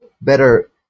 better